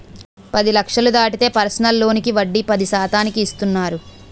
పది లక్షలు దాటితే పర్సనల్ లోనుకి వడ్డీ పది శాతానికి ఇస్తున్నారు